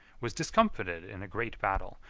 was discomfited in a great battle,